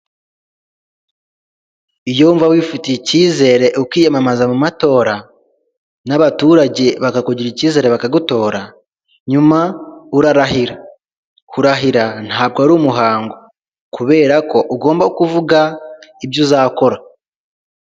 Iyo wumva wifitiye icyizere ukiyamamaza mu matora n'abaturage bakakugirira icyizere bakagutora, nyuma urarahira, kurahira ntabwo ari umuhango kubera ko ugomba kuvuga ibyo uzakora.